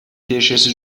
тиешеси